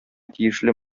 тиешле